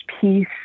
Peace